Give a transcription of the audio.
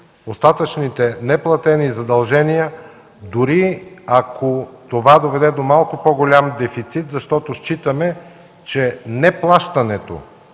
остатъчните неплатени задължения, дори ако това доведе до малко по-голям дефицит, защото считаме, че неплащането